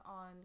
on